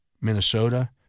Minnesota